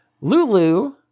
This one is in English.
Lulu